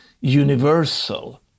universal